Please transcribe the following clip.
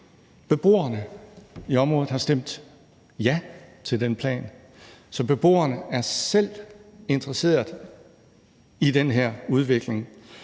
Beboerne i området har stemt ja til den plan, så beboerne er selv interesserede i den her udvikling.